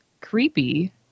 creepy